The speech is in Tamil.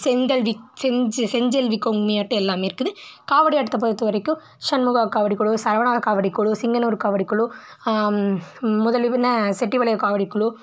செங்கல் செஞ்செல்வி கும்மி ஆட்டம் எல்லாமே இருக்குது காவடி ஆட்டத்தை பொறுத்த வரைக்கும் சண்முகா காவடி குழு சரவணா காவடி குழு சிங்கனூர் காவடி குழு செட்டிபாளையார் காவடி குழு